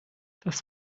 das